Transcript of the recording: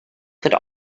could